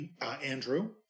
Andrew